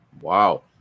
Wow